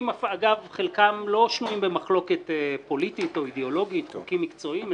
חלקם לא שנויים במחלוקת פוליטית או אידיאולוגית כמקצועיים,